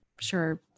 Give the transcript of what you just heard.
Sure